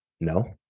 No